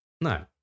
No